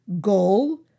goal